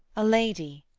a lady,